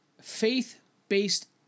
faith-based